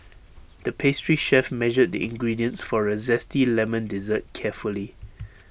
the pastry chef measured the ingredients for A Zesty Lemon Dessert carefully